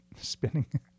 spinning